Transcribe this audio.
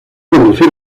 conducir